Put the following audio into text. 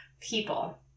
people